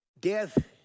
death